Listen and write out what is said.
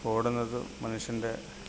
ഓടുന്നത് മനുഷ്യൻ്റെ